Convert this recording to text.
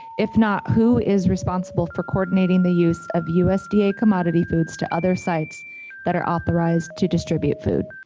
if not, who is responsible for coordinating the use of usda commodity foods to other sites that are authorized to distribute food.